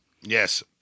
Yes